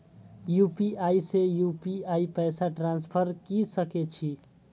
UPI से UPI पैसा transfer की सके छी?